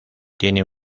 tiene